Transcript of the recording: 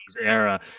era